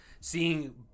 seeing